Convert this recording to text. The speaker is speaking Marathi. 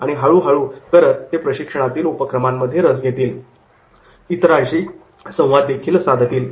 आणि हळू हळू करत ते प्रशिक्षणातील उपक्रमांमध्ये रस घेतील आणि इतरांशी संवाद देखील साधतील